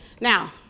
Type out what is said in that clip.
Now